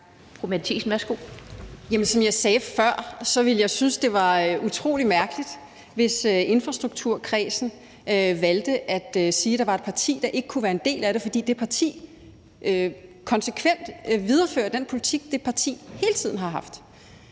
som jeg sagde før, ville jeg synes, det var utrolig mærkeligt, hvis infrastrukturforligskredsen valgte at sige, at der var et parti, der ikke kunne være en del af det, fordi det parti konsekvent viderefører den politik, det parti hele tiden har haft.